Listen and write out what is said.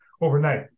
overnight